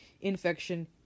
infection